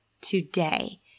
today